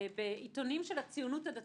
בעיתונים של הציונות הדתית,